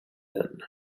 men